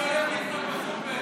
מי שהולך לקנות בסופר.